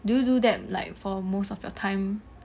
do you do that like for most of your time